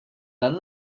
dan